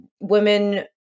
women